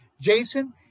jason